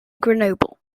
grenoble